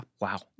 Wow